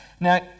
Now